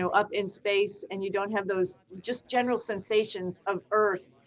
so up in space and you don't have those just general sensations of earth.